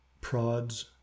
prods